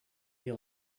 you